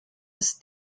ist